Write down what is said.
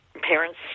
Parents